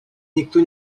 никто